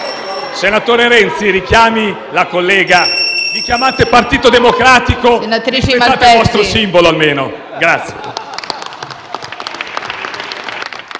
Senatore Renzi, richiami la collega. Vi chiamate Partito Democratico: rispettate il vostro simbolo, almeno.*(Applausi